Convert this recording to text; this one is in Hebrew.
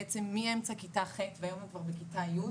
בעצם מאמצע כיתה ח' והיום הן כבר בכיתה י'